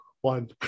one